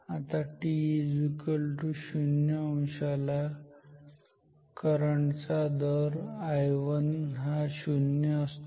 आता t0 अंश ला करंट चा दर किंवा I1 हा 0 असतो